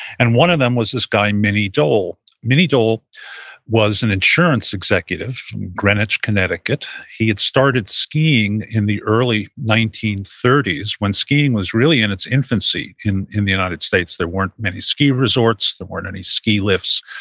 and one of them was this guy minnie dole. minnie dole was an insurance executive in greenwich, connecticut. he had started skiing in the early nineteen thirty s, when skiing was really in its infancy in in the united states. there weren't many ski resorts. there weren't any ski lifts.